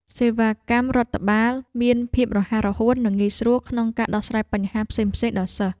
សេវាកម្មរដ្ឋបាលមានភាពរហ័សរហួននិងងាយស្រួលក្នុងការដោះស្រាយបញ្ហាផ្សេងៗរបស់សិស្ស។